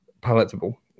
palatable